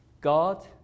God